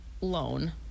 loan